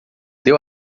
deu